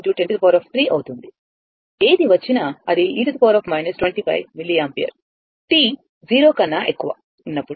ఏది వచ్చినా అది e 25 మిల్లియాంపియర్ t 0 కన్నా ఎక్కువ ఉన్నప్పుడు